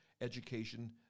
education